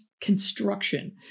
construction